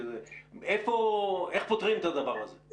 איך פותרים את זה הדבר הזה?